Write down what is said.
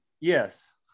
Yes